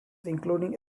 including